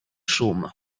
szum